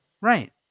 Right